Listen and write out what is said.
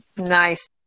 Nice